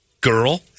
girl